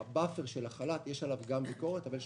הבאפר של החל"ת יש עליו גם ביקורת אבל יש